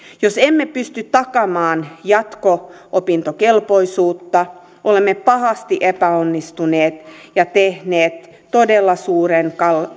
jos emme pysty takaamaan jatko opintokelpoisuutta olemme pahasti epäonnistuneet ja tehneet todella suuren